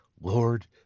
Lord